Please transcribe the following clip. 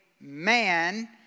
man